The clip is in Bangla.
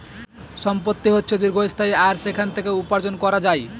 সম্পত্তি হচ্ছে দীর্ঘস্থায়ী আর সেখান থেকে উপার্জন করা যায়